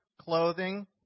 clothing